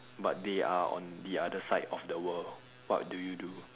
but they are on the other side of the world what do you do